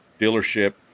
dealership